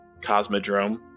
Cosmodrome